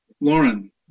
lauren